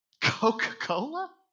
Coca-Cola